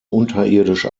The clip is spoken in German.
unterirdisch